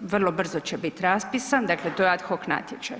vrlo brzo će biti raspisan, dakle to je ad hoc natječaj.